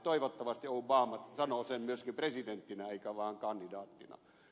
toivottavasti obama sanoo sen myöskin presidenttinä eikä vain kandidaattina